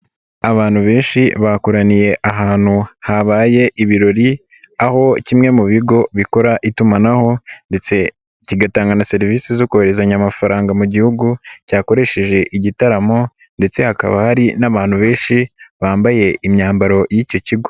Abantu benshi bakoraniye ahantu habaye ibirori, aho kimwe mu bigo bikora itumanaho ndetse kigatanga na serivisi zo kohererezanya amafaranga mu gihugu, cyakoresheje igitaramo ndetse hakaba hari n'abantu benshi bambaye imyambaro y'icyo kigo.